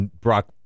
Brock